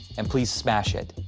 and please smash it.